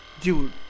Dude